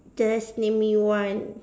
just name me one